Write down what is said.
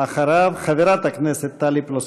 אחריו, חברת הכנסת טלי פלוסקוב.